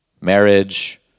marriage